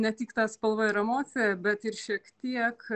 ne tik ta spalva ir emocija bet ir šiek tiek